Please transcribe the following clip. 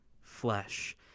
flesh